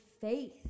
faith